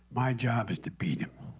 my job is to beat him.